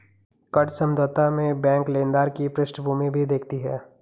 कर्ज समझौता में बैंक लेनदार की पृष्ठभूमि भी देखती है